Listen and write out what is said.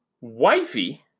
wifey